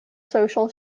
social